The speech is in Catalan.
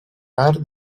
part